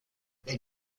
they